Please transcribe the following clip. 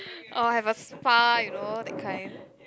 or have a spa you know that kind